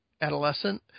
adolescent